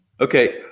Okay